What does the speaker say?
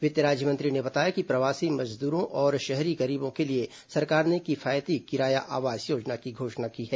वित्त राज्य मंत्री ने बताया कि प्रवासी मजदूरों और शहरी गरीबों के लिए सरकार ने किफायती किराया आवास योजना की घोषणा की है